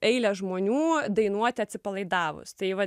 eilę žmonių dainuoti atsipalaidavus tai va